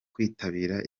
kwitabira